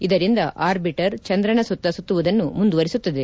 ಇದರಿಂದ ಆರ್ಬಿಟರ್ ಚಂದ್ರನ ಸುತ್ತ ಸುತ್ತುವುದನ್ನು ಮುಂದುವರಿಸುತ್ತದೆ